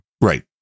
right